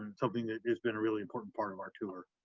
um something has been a really important part of our tour.